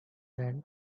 than